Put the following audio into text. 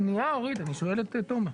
שנייה אורית, אני שואל את תומר.